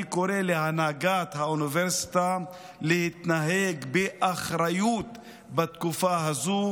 אני קורא להנהלת האוניברסיטה להתנהג באחריות בתקופה הזו,